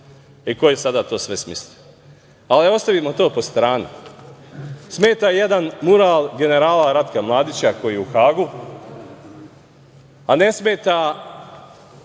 I, ko je sada sve to smislio? Ostavimo to po strani, smeta jedan mural generala Ratka Mladića koji je u Hagu, a ne smeta